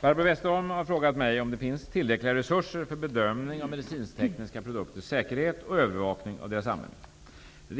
Herr talman! Barbro Westerholm har frågat mig om det finns tillräckliga resurser för bedömning av medicintekniska produkters säkerhet och för övervakning av deras användning. 1